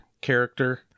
character